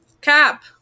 Cap